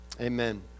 amen